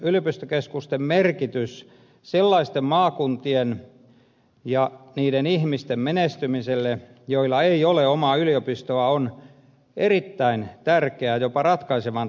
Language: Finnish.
yliopistokeskusten merkitys sellaisten maakuntien ja niiden ihmisten menestymiselle joilla ei ole omaa yliopistoa on erittäin tärkeä jopa ratkaisevan tärkeä